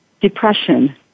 depression